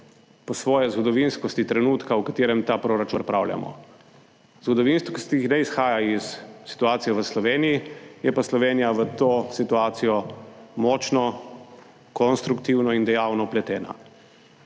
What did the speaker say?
po svoje zgodovinskosti trenutka, v katerem ta proračun pripravljamo. Zgodovinsko, ki ne izhaja iz situacije v Sloveniji, je pa Slovenija v to situacijo močno konstruktivno in dejavno vpletena.